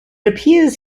appears